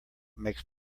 makes